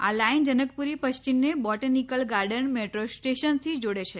આ લાઇન જનકપુરી પશ્ચિમને botanical garden metro સ્ટેશનથી જોડે છે